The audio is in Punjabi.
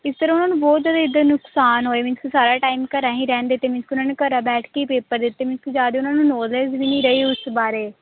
ਇਸ ਤਰ੍ਹਾਂ ਉਹਨਾਂ ਨੂੰ ਬਹੁਤ ਜ਼ਿਆਦਾ ਇਹਦੇ ਨੁਕਸਾਨ ਹੋਏ ਮੀਨਜ਼ ਕਿ ਸਾਰਾ ਟਾਈਮ ਘਰਾਂ ਹੀ ਰਹਿੰਦੇ ਅਤੇ ਮੀਨਜ਼ ਕਿ ਉਹਨਾਂ ਨੇ ਘਰਾਂ ਬੈਠ ਕੇ ਪੇਪਰ ਦਿੱਤੇ ਮੀਨਜ਼ ਕਿ ਜ਼ਿਆਦਾ ਉਹਨਾਂ ਨੂੰ ਨੋਲਜ ਵੀ ਨਹੀਂ ਰਹੀ ਉਸ ਬਾਰੇ